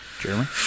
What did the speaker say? Jeremy